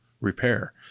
repair